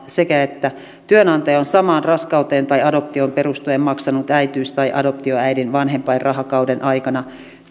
sekä että työnantaja on samaan raskauteen tai adoptioon perustuen maksanut äitiys tai adoptioäidin vanhempainrahakauden aikana